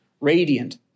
radiant